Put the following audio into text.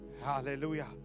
hallelujah